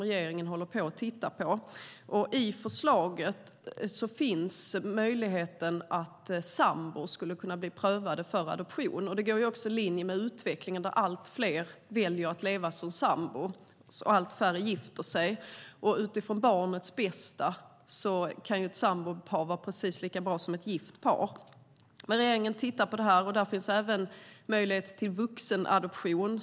Enligt förslaget ska det bli möjligt för sambor att bli prövade för adoption, och det går också i linje med utvecklingen där allt fler väljer att leva som sambor medan allt färre gifter sig. Utifrån barnets bästa kan ett sambopar vara precis lika bra som ett gift par. Utredningen föreslår också att det ska bli möjligt med vuxenadoption.